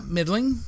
Middling